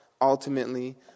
ultimately